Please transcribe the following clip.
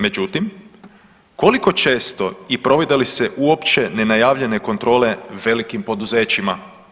Međutim, koliko često i provode li se uopće nenajavljene kontrole velikim poduzećima?